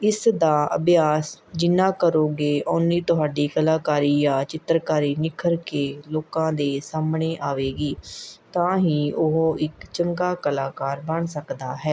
ਇਸ ਦਾ ਅਭਿਆਸ ਜਿੰਨਾ ਕਰੋਗੇ ਓਨੀ ਤੁਹਾਡੀ ਕਲਾਕਾਰੀ ਯਾ ਚਿੱਤਰਕਾਰੀ ਨਿਖਰ ਕੇ ਲੋਕਾਂ ਦੇ ਸਾਹਮਣੇ ਆਵੇਗੀ ਤਾਂ ਹੀ ਉਹ ਇੱਕ ਚੰਗਾ ਕਲਾਕਾਰ ਬਣ ਸਕਦਾ ਹੈ